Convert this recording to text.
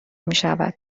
میشود